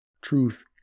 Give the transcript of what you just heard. Truth